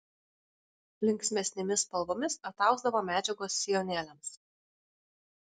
linksmesnėmis spalvomis atausdavo medžiagos sijonėliams